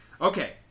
Okay